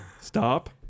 Stop